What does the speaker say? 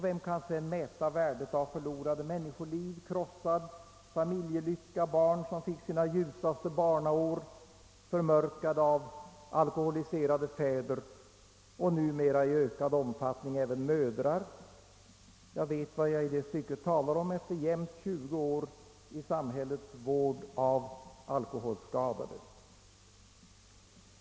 Vem kan därutöver mäta värdet av förlorade människoliv, krossad familjelycka och av att barn fått sina ljusaste barnaår förmörkade av alkoholiserade fäder och numera i ökad omfattning även mödrar? Jag vet vad jag i detta stycke talar om efter jämnt tjugo år i samhällets vård av alkoholskadade.